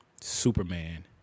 Superman